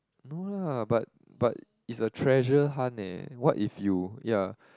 no lah but but it's a treasure hunt eh what if you ya